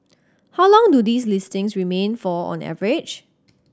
how long do these listings remain for on average